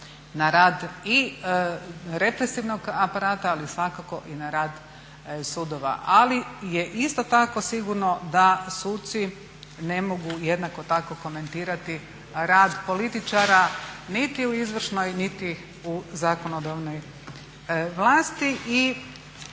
na rad i represivnog aparata, ali svakako i na rad sudova. Ali je isto tako sigurno da suci ne mogu jednako tako komentirati rad političara niti u izvršnoj, niti u zakonodavnoj vlasti.